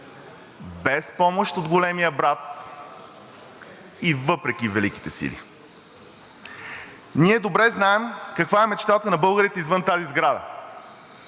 без помощ от Големия брат и въпреки Великите сили. Ние добре знаем каква е мечтата на българите извън тази сграда.